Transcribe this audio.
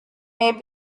may